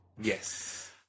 yes